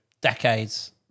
decades